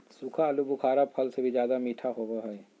सूखा आलूबुखारा फल से भी ज्यादा मीठा होबो हइ